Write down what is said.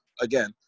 Again